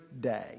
day